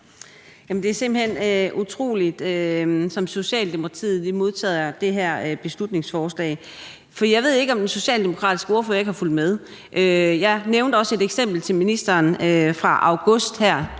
(DF): Det er simpelt hen utroligt, som Socialdemokratiet modtager det her beslutningsforslag. For jeg ved ikke, om den socialdemokratiske ordfører ikke har fulgt med. Jeg nævnte også et eksempel til ministeren her fra august